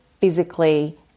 physically